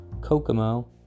Kokomo